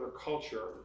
culture